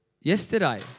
yesterday